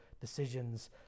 decisions